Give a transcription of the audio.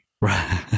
Right